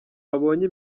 abonye